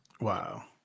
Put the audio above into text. Wow